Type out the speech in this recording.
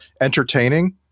entertaining